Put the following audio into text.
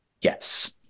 Yes